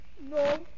No